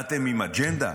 באתם עם אג'נדה?